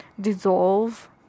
dissolve